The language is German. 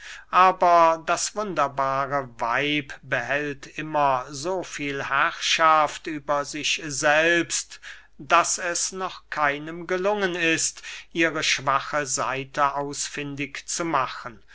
aber das wunderbare weib behält immer so viel herrschaft über sich selbst daß es noch keinem gelungen ist ihre schwache seite ausfindig zu machen